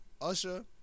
Usher